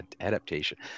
adaptation